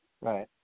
Right